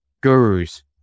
gurus